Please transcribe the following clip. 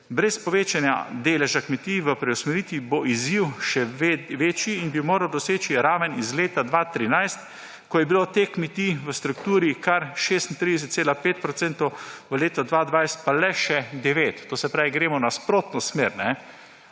Brez povečanja deleža kmetij v preusmeritvi bo izziv še večji in bi moral doseči raven iz leta 2013, ko je bilo teh kmetij v strukturi kar 36,5 %, v letu 2020 pa le še 9. To se pravi, gremo v nasprotno smer.